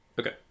okay